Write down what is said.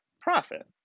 profit